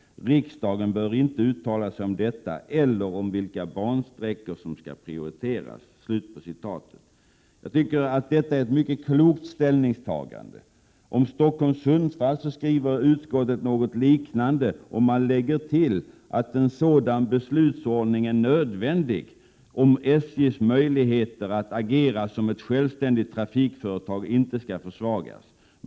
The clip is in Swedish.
Riksdagen bör inte uttala sig om detta eller om vilka bansträckor som skall prioriteras.” Jag tycker att detta är ett mycket klokt ställningstagande. Om Stockholm—Sundsvall skriver utskottet något liknande, och man tillägger: ”En sådan beslutsordning är nödvändig om SJ:s möjligheter att agera som ett självständigt trafikföretag inte skall försvagas.